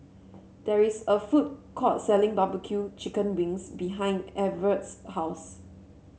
there is a food court selling barbecue Chicken Wings behind Everet's house